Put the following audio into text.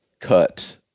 cut